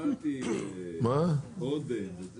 שמעתי טואלטיקה, אז באתי.